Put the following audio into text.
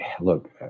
Look